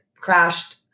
crashed